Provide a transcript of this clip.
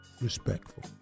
Respectful